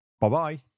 Bye-bye